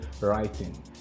writing